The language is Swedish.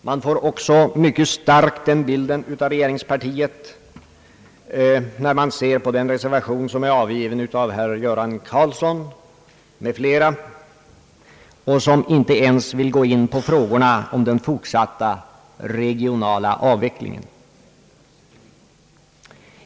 Man får också en mycket klar bild av var regeringen står, när man ser på den reservation som avgivits av herr Göran Karlsson m.fl. och som inte ens vill gå in på frågorna om den fortsatta regionala avvecklingen.